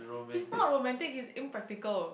he's not romantic he impractical